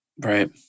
Right